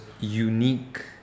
unique